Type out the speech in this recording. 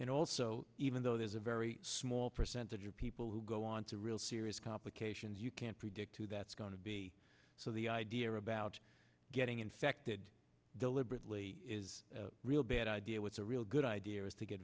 and also even though there's a very small percentage of people who go on to real serious complications you can't predict too that's going to be so the idea about getting infected deliberately is a real bad idea with a real good idea is to get